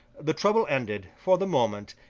the trouble ended, for the moment,